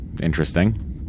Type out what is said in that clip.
Interesting